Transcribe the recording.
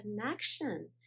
connection